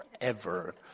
forever